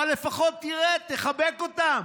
אבל לפחות תרד, תחבק אותם,